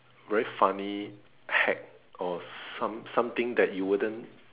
very funny hack of some something that you wouldn't